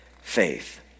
faith